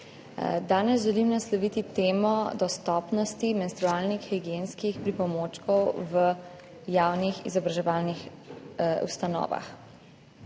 Danes želim nasloviti temo dostopnosti menstrualnih higienskih pripomočkov v javnih izobraževalnih ustanovah.